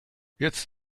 jetzt